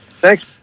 Thanks